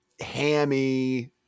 hammy